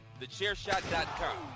thechairshot.com